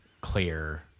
clear